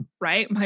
right